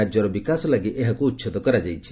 ରାଜ୍ୟର ବିକାଶ ଲାଗି ଏହାକୁ ଉଚ୍ଛେଦ କରାଯାଇଛି